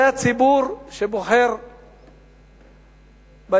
זה הציבור שבוחר בליכוד